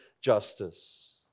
justice